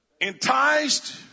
Enticed